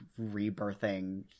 rebirthing